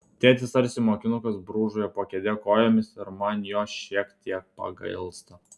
tėtis tarsi mokinukas brūžuoja po kėde kojomis ir man jo šiek tiek pagailsta